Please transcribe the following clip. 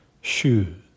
Shoes